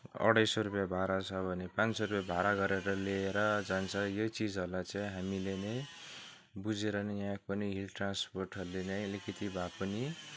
अढाई सय रुपियाँ भाडा छ भने पाँच सय रुपियाँ भाडा गरेर लिएर जान्छ यही चिजहरूलाई चाहिँ हामीले नै बुझेर नै यहाँ पनि हिल ट्रान्सपोर्टहरूले नै अलिकति भए पनि